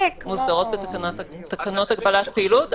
מוסדרות בתקנות הגבלת פעילות.